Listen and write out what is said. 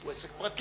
הוא עסק פרטי.